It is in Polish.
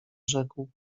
rzekł